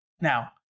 Now